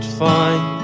fine